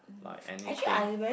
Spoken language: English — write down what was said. like anything